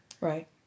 right